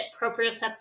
proprioceptive